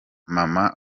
mama